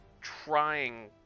trying